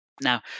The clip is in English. Now